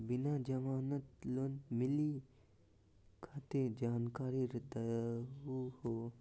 बिना जमानत लोन मिलई खातिर जानकारी दहु हो?